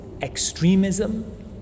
extremism